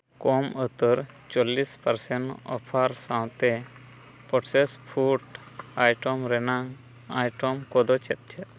ᱠᱚᱢ ᱩᱛᱟᱹᱨ ᱪᱚᱞᱞᱤᱥ percent offer ᱥᱟᱶᱛᱮ ᱯᱨᱚᱥᱮᱥ ᱯᱷᱩᱰ ᱟᱭᱴᱮᱢ ᱨᱮᱱᱟᱜ ᱟᱭᱴᱮᱢ ᱠᱚᱫᱚ ᱪᱮᱫᱼᱪᱮᱫ